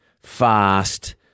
fast